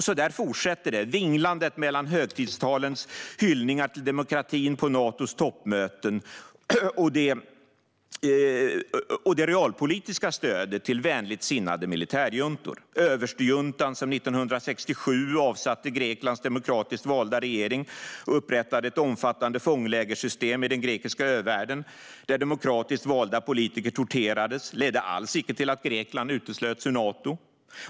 Så där fortsätter det, vinglandet mellan högtidstalens hyllningar till demokratin på Natos toppmöten och det realpolitiska stödet till vänligt sinnade militärjuntor. Överstejuntan som 1967 avsatte Greklands demokratiskt valda regering och upprättade ett omfattande fånglägersystem i den grekiska övärlden, där demokratiskt valda politiker torterades, ledde alls icke till att Grekland uteslöts ur Nato.